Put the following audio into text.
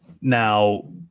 Now